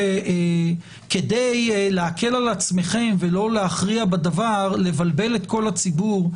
כדי להקל על עצמכם ולא להכריע בדבר אז לבלבל את כל הציבור,